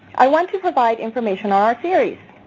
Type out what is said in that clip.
i want to provide information on our series.